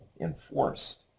enforced